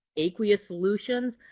aqueous solutions.